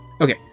Okay